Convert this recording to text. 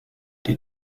die